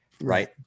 right